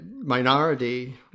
minority